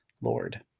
Lord